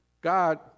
God